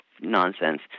nonsense